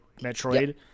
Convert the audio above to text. Metroid